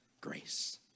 grace